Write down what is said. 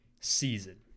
Season